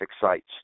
sites